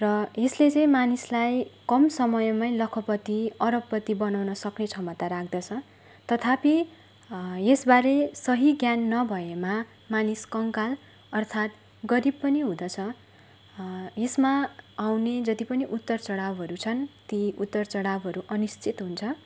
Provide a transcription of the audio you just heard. र यसले चाहिँ मानिसलाई कम समयमै लखपति अरबपति बनाउन सक्ने क्षमता राख्दछ तथापि यसबारे सही ज्ञान नभएमा मानिस कङ्गाल अर्थात् गरिब पनि हुँदछ यसमा आउने जति पनि उतारचढावहरू छन् ती उतारचढावहरू अनिश्चित हुन्छ